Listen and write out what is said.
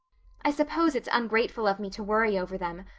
i suppose it's ungrateful of me to worry over them,